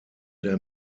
der